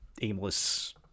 aimless